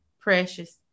precious